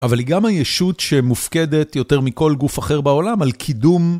אבל היא גם היישות שמופקדת יותר מכל גוף אחר בעולם על קידום.